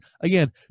again